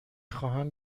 خواهم